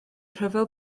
rhyfel